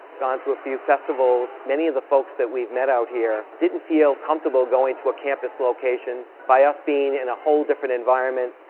gone to a few festivals. many of the folks that we've met out here, didn't feel comfortable going to a campus location. by us being in a whole different environment,